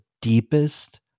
deepest